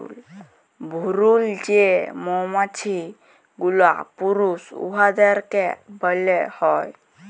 ভুরুল যে মমাছি গুলা পুরুষ উয়াদেরকে ব্যলা হ্যয়